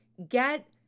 Get